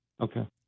okay